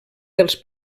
dels